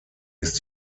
ist